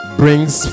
brings